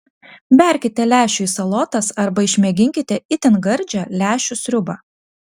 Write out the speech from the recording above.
berkite lęšių į salotas arba išmėginkite itin gardžią lęšių sriubą